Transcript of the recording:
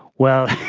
well,